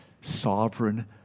sovereign